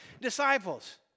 disciples